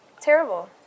Terrible